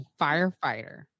firefighter